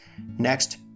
Next